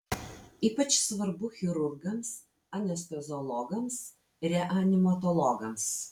ypač svarbu chirurgams anesteziologams reanimatologams